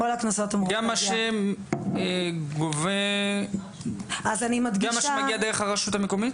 גם מה שמגיע דרך הרשות המקומית?